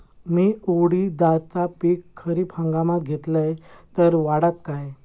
मी उडीदाचा पीक खरीप हंगामात घेतलय तर वाढात काय?